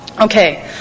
okay